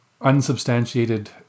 Unsubstantiated